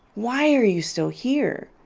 why are you still here?